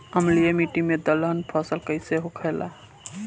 अम्लीय मिट्टी मे दलहन फसल कइसन होखेला?